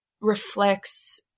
reflects